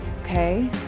Okay